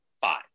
five